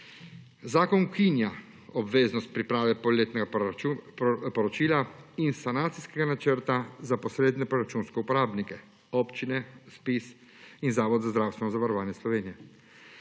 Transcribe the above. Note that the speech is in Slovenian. Zakon ukinja obveznost priprave polletnega poročila in sanacijskega načrta za posredne proračunske uporabnike, občine, Zpiz in Zavod za zdravstveno zavarovanje Slovenije.